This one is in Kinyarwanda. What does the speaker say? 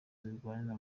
zirwanira